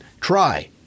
Try